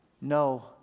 No